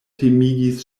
timigis